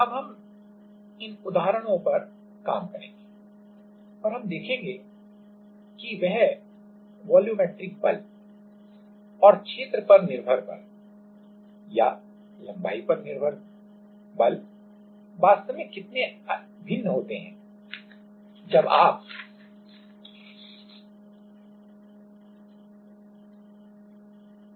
अब हम इन उदाहरणों पर काम करेंगे और हम देखेंगे कि यह वॉल्यूमेट्रिक बल और क्षेत्र पर निर्भर बल या लंबाई पर निर्भर बल वास्तव में कितने भिन्न होते हैं जब आप स्केल को कम या ज्यादा करते हैं